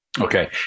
Okay